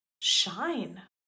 shine